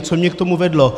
Co mě k tomu vedlo?